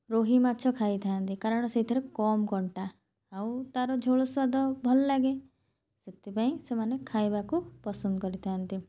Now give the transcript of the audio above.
ରୋହି ମାଛ ଖାଇଥାନ୍ତି କାରଣ ସେଥିରେ କମ୍ କଣ୍ଟା ଆଉ ତା'ର ଝୋଳ ସ୍ଵାଦ ଭଲ ଲାଗେ ସେଥିପାଇଁ ସେମାନେ ଖାଇବାକୁ ପସନ୍ଦ କରିଥାନ୍ତି